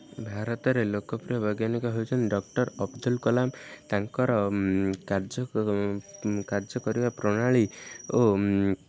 ଭାରତରେ ଲୋକପ୍ରିୟ ବୈଜ୍ଞାନିକ ହେଉଛନ୍ତି ଡକ୍ଟର୍ ଅବ୍ଦୁଲ୍ କଲାମ୍ ତାଙ୍କର କାର୍ଯ୍ୟ କାର୍ଯ୍ୟ କରିବା ପ୍ରଣାଳୀ ଓ